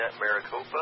Maricopa